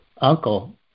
uncle